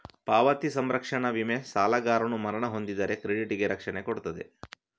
ಪಾವತಿ ಸಂರಕ್ಷಣಾ ವಿಮೆ ಸಾಲಗಾರನು ಮರಣ ಹೊಂದಿದರೆ ಕ್ರೆಡಿಟ್ ಗೆ ರಕ್ಷಣೆ ಕೊಡ್ತದೆ